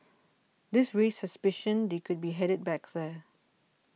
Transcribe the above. this raised suspicion they could be headed back there